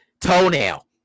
toenail